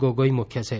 ગોગોઇ મુખ્ય છે